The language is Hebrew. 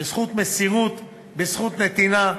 בזכות מסירות, בזכות נתינה.